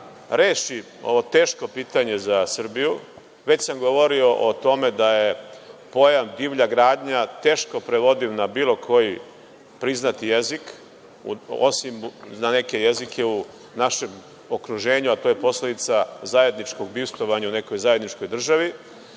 reši ovo teško pitanje za Srbiju. Već sam govorio o tome da je pojam – divlja gradnja teško prevodiv na bilo koji priznati jezik, osim na neke jezike u našem okruženju, a to je posledica zajedničkog bivstvovanja u nekoj zajedničkoj državi,